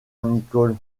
nicholl